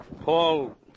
Paul